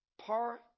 par